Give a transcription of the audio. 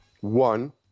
One